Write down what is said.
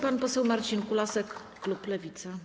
Pan poseł Marcin Kulasek, klub Lewica.